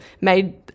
made